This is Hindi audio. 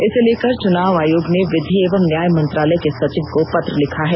इसे लेकर चुनाव आयोग ने विधि एवं न्याय मंत्रालय के सचिव को पत्र लिखा है